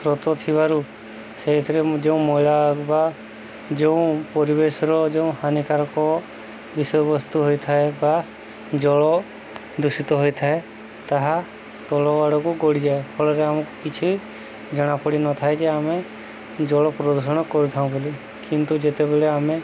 ସ୍ରୋତ ଥିବାରୁ ସେଇଥିରେ ଯେଉଁ ମଇଳା ବା ଯେଉଁ ପରିବେଶର ଯେଉଁ ହାନିକାରକ ବିଷୟବସ୍ତୁ ହୋଇଥାଏ ବା ଜଳ ଦୂଷିତ ହୋଇଥାଏ ତାହା ତଳ ଆଡ଼କୁ ଗଡ଼ିଯାଏ ଫଳରେ ଆମକୁ କିଛି ଜଣାପଡ଼ି ନଥାଏ ଯେ ଆମେ ଜଳ ପ୍ରଦୂଷଣ କରିଥାଉଁ ବୋଲି କିନ୍ତୁ ଯେତେବେଳେ ଆମେ